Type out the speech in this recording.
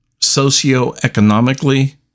Socioeconomically